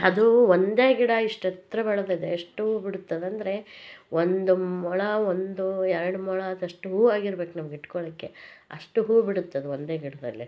ಅದು ಒಂದೇ ಗಿಡ ಇಷ್ಟು ಎತ್ತರ ಬೆಳೆದಿದೆ ಎಷ್ಟು ಹೂವು ಬಿಡುತ್ತದಂದರೆ ಒಂದು ಮೊಳ ಒಂದು ಎರಡು ಮೊಳದಷ್ಟು ಹೂವು ಆಗಿರ್ಬೇಕು ನಮಗೆ ಇಟ್ಕೊಳ್ಳಿಕ್ಕೆ ಅಷ್ಟು ಹೂವು ಬಿಡುತ್ತದು ಒಂದೇ ಗಿಡದಲ್ಲಿ